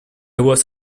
was